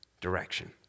direction